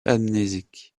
amnésique